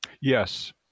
Yes